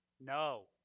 no